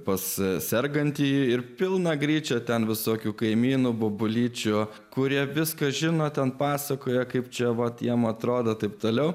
pas sergantį ir pilna gryčia ten visokių kaimynų bobulyčių kurie viską žino ten pasakoja kaip čia vat jam atrodo taip toliau